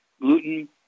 Gluten